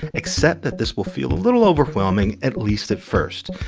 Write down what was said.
accept that this will feel a little overwhelming, at least at first.